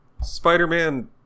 Spider-Man